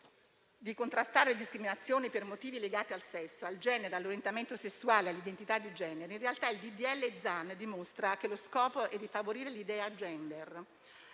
di contrastare discriminazioni per motivi legati al sesso, al genere, all'orientamento sessuale e all'identità di genere, in realtà il disegno di legge Zan dimostra che lo scopo è di favorire l'ideologia *gender*,